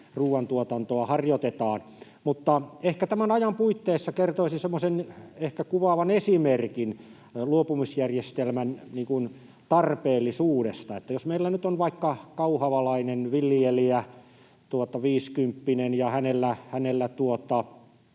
ruoantuotantoa harjoitetaan. Jospa tämän ajan puitteissa kertoisin semmoisen ehkä kuvaavan esimerkin luopumisjärjestelmän tarpeellisuudesta. Jos meillä nyt on vaikka viisikymppinen kauhavalainen viljelijä ja hänellä